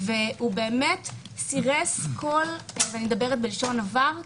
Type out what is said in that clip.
הוא סירס ומנע אני מדברת בלשון עבר,